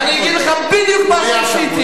אני אגיד לך בדיוק מה שעשיתי,